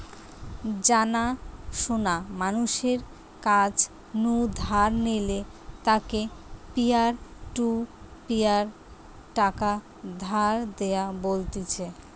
জানা শোনা মানুষের কাছ নু ধার নিলে তাকে পিয়ার টু পিয়ার টাকা ধার দেওয়া বলতিছে